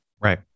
Right